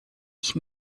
ich